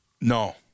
No